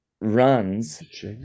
runs